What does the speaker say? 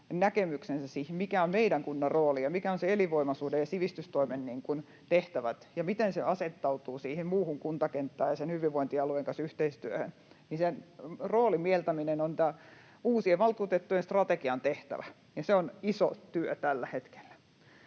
näkemyksensä siihen, mikä on meidän kunnan rooli ja mitkä ovat sen elinvoimaisuuden ja sivistystoimen tehtävät ja miten se asettautuu siihen muuhun kuntakenttään ja yhteistyöhön sen hyvinvointialueen kanssa, niin sen roolin mieltäminen on uusien valtuutettujen strategian tehtävä, ja se on iso työ tällä hetkellä.